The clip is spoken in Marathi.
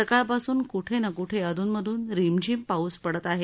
सकाळपासून कुठे कुठे अधून मधून रिमझिम पाऊस पडत आहे